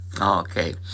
Okay